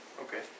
Okay